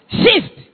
shift